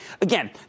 Again